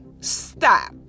Stop